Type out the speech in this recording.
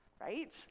right